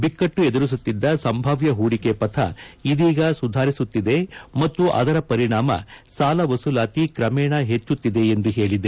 ಬಿಕ್ಕಟ್ಟು ಎದುರಿಸುತ್ತಿದ್ದ ಸಂಭಾವ್ದ ಹೂಡಿಕೆ ಪಥ ಇದೀಗ ಸುಧಾರಿಸುತ್ತಿದೆ ಮತ್ತು ಅದರ ಪರಿಣಾಮ ಸಾಲ ವಸೂಲಾತಿ ಕ್ರಮೇಣ ಹೆಚ್ಚುತ್ತಿದೆ ಎಂದು ಹೇಳಿದೆ